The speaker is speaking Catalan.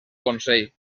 consell